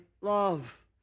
love